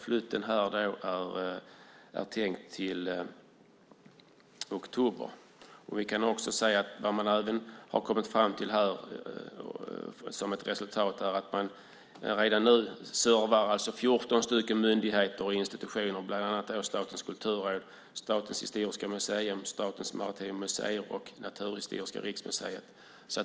Flytten är tänkt att ske i oktober. Vad man även har kommit fram till som ett resultat är att man redan nu servar 14 myndigheter och institutioner, bland andra Statens kulturråd, Statens historiska museum, Statens maritima museer och Naturhistoriska riksmuseet.